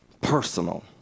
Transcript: personal